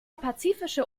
pazifische